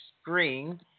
screen